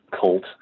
cult